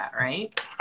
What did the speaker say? right